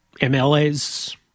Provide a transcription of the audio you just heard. MLAs